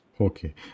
Okay